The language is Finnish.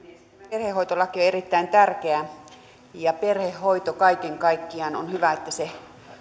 perhehoitolaki on erittäin tärkeä ja kaiken kaikkiaan on hyvä että perhehoito